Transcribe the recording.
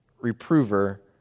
reprover